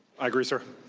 i agree sir.